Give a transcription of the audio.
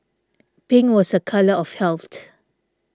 pink was a colour of